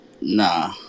nah